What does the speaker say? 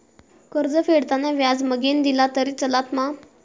कर्ज फेडताना व्याज मगेन दिला तरी चलात मा?